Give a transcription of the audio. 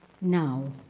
Now